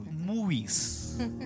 movies